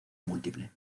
múltiple